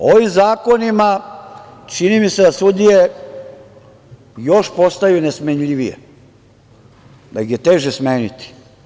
Ovim zakonima čini mi se da sudije još postaju nesmenljivije, da ih je teže smeniti.